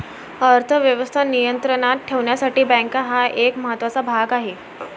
अर्थ व्यवस्था नियंत्रणात ठेवण्यासाठी बँका हा एक महत्त्वाचा भाग आहे